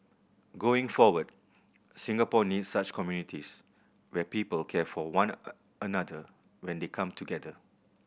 going forward Singapore needs such communities where people care for one another when they come together